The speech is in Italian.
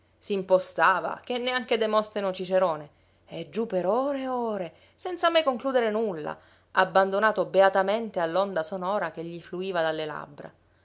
numerosi s'impostava che neanche demostene o cicerone e giù per ore e ore senza mai concludere nulla abbandonato beatamente all'onda sonora che gli fluiva dalle labbra